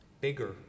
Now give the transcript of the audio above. Bigger